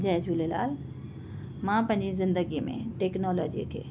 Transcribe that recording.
जय झूलेलाल मां पंहिंजी जिंदगीअ में टेक्नालोजीअ खे